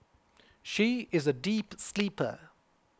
she is a deep sleeper